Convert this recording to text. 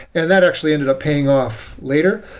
and that actually ended paying off later.